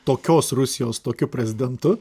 tokios rusijos tokiu prezidentu